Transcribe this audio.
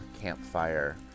campfire